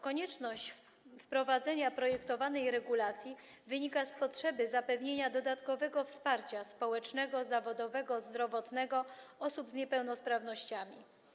Konieczność wprowadzenia projektowanej regulacji wynika z potrzeby zapewnienia dodatkowego wsparcia społecznego, zawodowego, zdrowotnego osobom z niepełnosprawnościami.